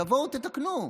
תבואו ותתקנו.